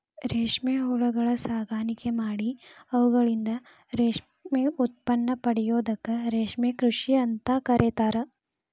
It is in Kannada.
ರೇಷ್ಮೆ ಹುಳಗಳ ಸಾಕಾಣಿಕೆ ಮಾಡಿ ಅವುಗಳಿಂದ ರೇಷ್ಮೆ ಉತ್ಪನ್ನ ಪಡೆಯೋದಕ್ಕ ರೇಷ್ಮೆ ಕೃಷಿ ಅಂತ ಕರೇತಾರ